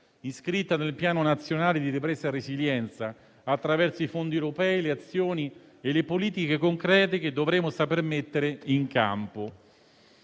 iscritta nel Piano nazionale di ripresa e resilienza, attraverso i fondi europei, le azioni e le politiche concrete che dovremo saper mettere in campo.